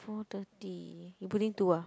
four thirty you putting two ah